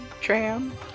Tram